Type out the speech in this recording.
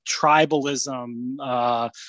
tribalism